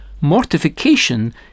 Mortification